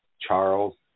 Charles